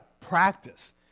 practice